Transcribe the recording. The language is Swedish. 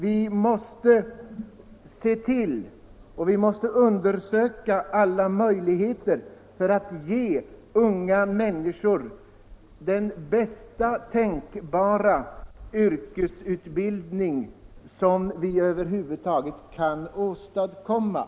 Vi måste undersöka alla möjligheter och se till att ge unga människor den bästa tänkbara yrkesutbildning som vi över huvud taget kan åstadkomma.